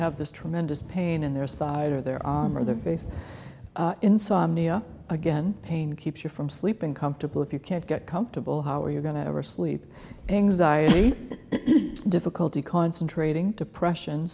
have this tremendous pain in their side or their arm or their face insomnia again pain keeps you from sleeping comfortable if you can't get comfortable how are you going to ever sleep anxiety difficulty concentrating depression